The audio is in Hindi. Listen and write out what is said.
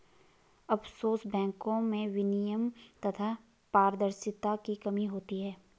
आफशोर बैंको में विनियमन तथा पारदर्शिता की कमी होती है